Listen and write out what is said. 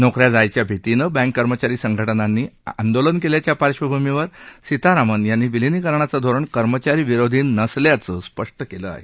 नोकऱ्या जाण्याच्या भीतीनं बँक कर्मचारी संघटनांनी आंदोलन केल्याच्या पार्श्वभूमीवर सीतारामन यांनी विलीनीकरणाचं धोरण कर्मचारीविरोधी नसल्याचं स्पष्ट केलं आहे